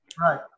right